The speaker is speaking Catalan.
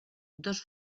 dos